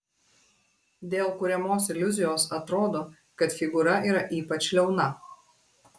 dėl kuriamos iliuzijos atrodo kad figūra yra ypač liauna